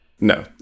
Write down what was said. No